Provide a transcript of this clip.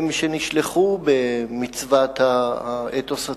הם, שנשלחו במצוות האתוס הציוני,